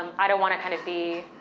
um i don't wanna kind of be,